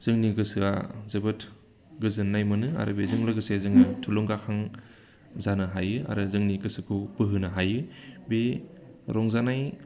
जोंनि गोसोआ जोबोद गोजोननाय मोनो आरो बेजों लोगोसे जोङो थुलुंगाखां जानो हायो आरो जोंनि गोसोखौ बोहोनो हायो बे रंजानाय